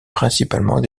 principalement